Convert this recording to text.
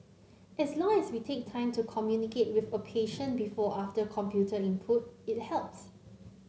as long as we take time to communicate with a patient before after computer input it helps